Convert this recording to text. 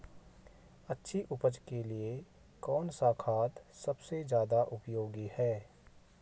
अच्छी उपज के लिए कौन सा खाद सबसे ज़्यादा उपयोगी है?